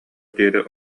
диэри